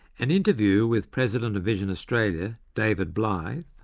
an interview with president of vision australia david blyth,